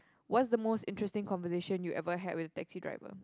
what's the most interesting conversation you ever had with a taxi driver